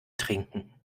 trinken